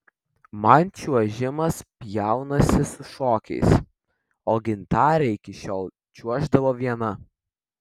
man čiuožimas pjaunasi su šokiais o gintarė iki šiol čiuoždavo viena